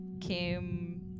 came